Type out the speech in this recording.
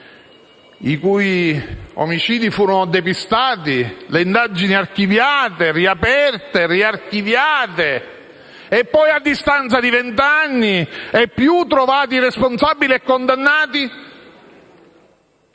i cui omicidi furono depistati, con le indagini archiviate, riaperte, riarchiviate e poi a distanza di vent'anni e in più vengono trovati i responsabili e condannati?